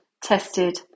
tested